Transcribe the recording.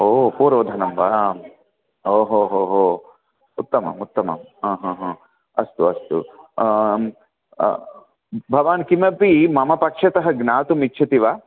ओ पूर्वधनं वा ओहोहोहो उत्तममुत्तमं अस्तु अस्तु भवान् किमपि मम पक्षतः ज्ञातुं इच्छति वा